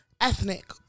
Ethnic